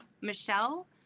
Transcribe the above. Michelle